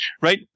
Right